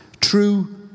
True